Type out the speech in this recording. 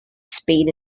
spain